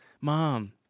mom